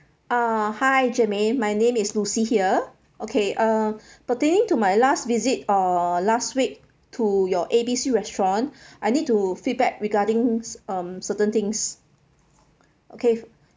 uh hi germaine my name is lucy here okay uh pertaining to my last visit or last week to your A B C restaurant I need to feedback regarding um certain things okay